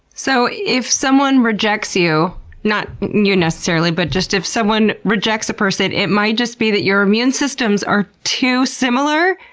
so, if someone rejects you not you, necessarily but if someone rejects a person, it might just be that your immune systems are too similar?